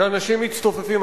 שאנשים מצטופפים,